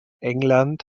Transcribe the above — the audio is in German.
england